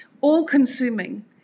all-consuming